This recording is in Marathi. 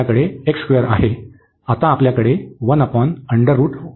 आता आपल्याकडे असेल